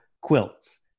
quilts